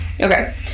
Okay